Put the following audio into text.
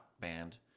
band